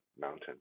mountain